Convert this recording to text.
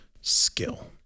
skill